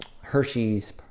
Hershey's